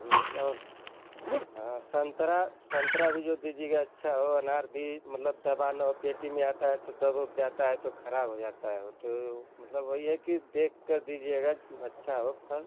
और हाँ संतरा संतरा भी जो दीजिएगा अच्छा हो अनार भी मतलब दबा ना हो पेटी में आता है तो दब ओब जाता है तो खराब हो जाता है वो तो मतलब वही है कि देख कर दीजिएगा अच्छा हो फल